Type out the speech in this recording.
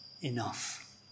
enough